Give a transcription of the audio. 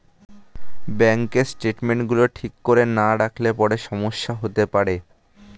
ব্যাঙ্কের স্টেটমেন্টস গুলো ঠিক করে না রাখলে পরে সমস্যা হতে পারে